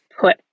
put